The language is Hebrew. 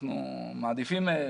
אנחנו מעדיפים לא.